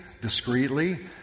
discreetly